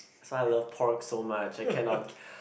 so I love pork so much I cannot